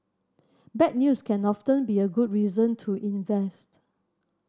bad news can often be a good reason to invest